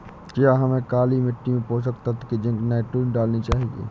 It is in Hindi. क्या हमें काली मिट्टी में पोषक तत्व की जिंक नाइट्रोजन डालनी चाहिए?